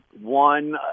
one